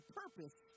purpose